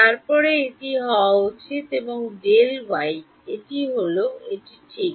তারপরে এটি হওয়া উচিত এবং Δy এটি হল এটি ঠিক